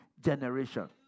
generation